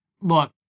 Look